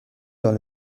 dans